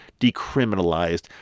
decriminalized